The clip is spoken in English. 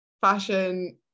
fashion